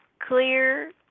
Clear